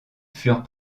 furent